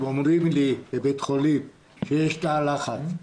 אם היו אומרים לי בבית החולים שיש תא לחץ,